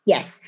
Yes